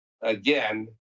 again